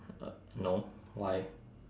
uh no why